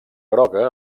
groga